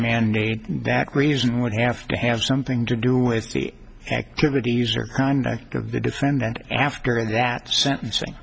mandate that reason would have to have something to do with the activities or conduct of the defendant after that sentencing